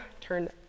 turn